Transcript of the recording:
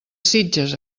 sitges